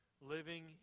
living